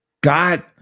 God